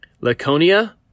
Laconia